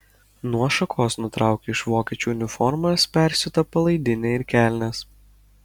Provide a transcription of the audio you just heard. nuo šakos nutraukia iš vokiečių uniformos persiūtą palaidinę ir kelnes